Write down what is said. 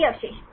कोई अवशेष